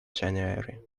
january